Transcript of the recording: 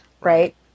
right